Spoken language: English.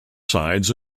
sides